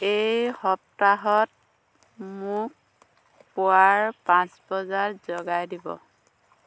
এই সপ্তাহত মোক পুৱাৰ পাঁচ বজাত জগাই দিব